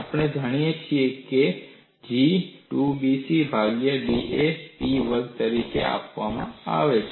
આપણે જાણીએ છીએ કે G ને 2BdC ભાગ્યા da ભાગ્યા P વર્ગ તરીકે આપવામાં આવે છે